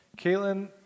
Caitlin